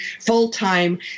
full-time